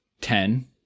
ten